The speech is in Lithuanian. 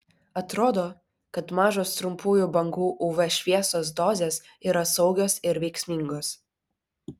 atrodo kad mažos trumpųjų bangų uv šviesos dozės yra saugios ir veiksmingos